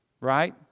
right